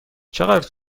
چقدر